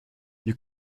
you